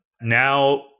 now